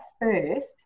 first